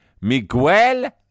Miguel